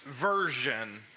version